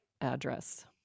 address